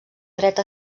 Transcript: dret